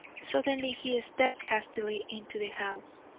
suddenly he stepped hastily into the house.